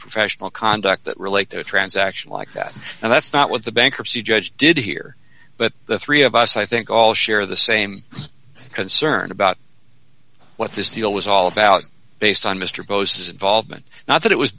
professional conduct that relate to a transaction like that and that's not what the bankruptcy judge did here but the three of us i think all share the same concern about what this deal is all about based on mr bo's involvement not that it was